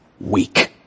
Weak